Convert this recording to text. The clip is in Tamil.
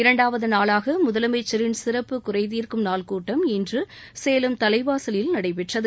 இரண்டாவது நாளாக முதலமைச்சரின் சிறப்பு குறைதீர்க்கும் நாள் கூட்டம் இன்று சூசுலுமு் தலைவாசலில் நடைபெற்றது